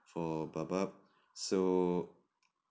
for baobab so